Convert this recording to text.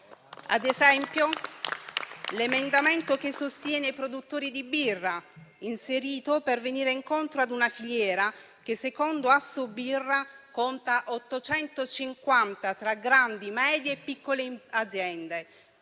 ad esempio, all'emendamento che sostiene i produttori di birra, inserito per venire incontro a una filiera che - secondo Assobirra - conta 850 tra grandi, medie e piccole aziende,